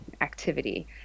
activity